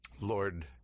Lord